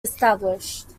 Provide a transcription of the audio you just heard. established